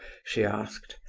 she asked.